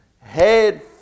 Head